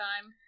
time